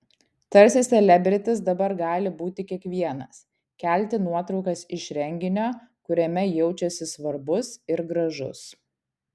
tarsi selebritis dabar gali būti kiekvienas kelti nuotraukas iš renginio kuriame jaučiasi svarbus ir gražus